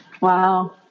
Wow